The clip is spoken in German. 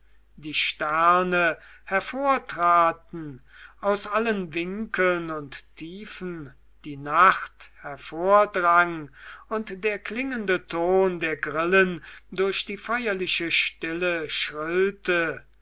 die sterne hervortraten aus allen winkeln und tiefen die nacht hervordrang und der klingende ton der grillen durch die feierliche stille